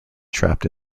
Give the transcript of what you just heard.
trapped